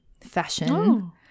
Fashion